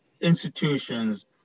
institutions